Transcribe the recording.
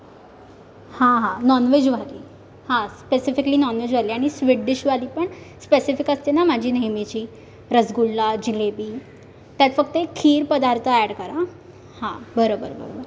हां हां नॉनवेजवाली हां स्पेसिफिकली नॉनवेजवाली आणि स्वीट डिशवाली पण स्पेसिफिक असते ना माझी नेहमीची रसगुल्ला जिलेबी त्यात फक्त एक खीर पदार्थ ॲड करा हां बरोबर बरोबर